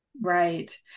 Right